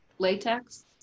latex